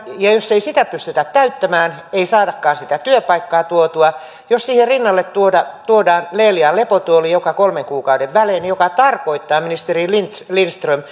ja jos ei sitä pystytä täyttämään ei saadakaan sitä työpaikkaa tuotua jos siihen rinnalle tuodaan leelian lepotuoli joka kolmen kuukauden välein se tarkoittaa ministeri lindström lindström